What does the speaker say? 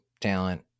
talent